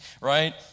right